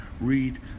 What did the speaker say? read